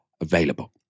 available